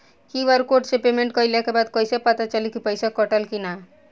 QR code से payment कईला के बाद कईसे पता चली की पैसा कटल की ना?